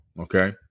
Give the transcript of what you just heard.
Okay